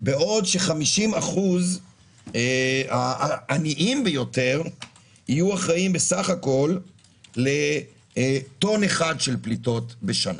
בעוד ש-50% העניים ביותר יהיו אחראים בסך הכול לטון אחד של פליטות בשנה.